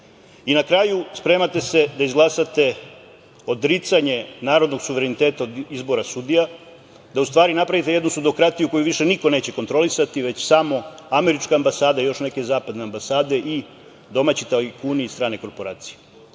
kraju, spremate se da izglasate odricanje narodnog suvereniteta od izbora sudija, da u stvari napravite jednu sudokratiju koju više niko neće kontrolisati već samo američka ambasada i još neke zapadne ambasade i domaći tajkuni i strane korporacije. Dakle,